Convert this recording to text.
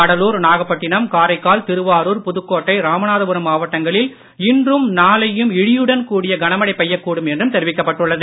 கடலூர் நாகப்பட்டினம் காரைக்கால் திருவாரூர் புதுக்கோட்டை ராமநாதபுரம் மாவட்டங்களில் இன்றும் நாளையும் இடியுடன் கூடிய கனமழை பெய்யக்கூடும் என்றும் தெரிவிக்கப்பட்டுள்ளது